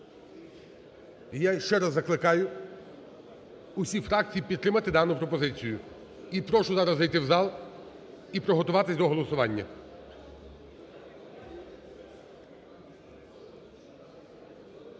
я ще раз закликаю, усіх фракцій підтримати дану пропозицію. І прошу зараз зайти в зал і приготуватись до голосування.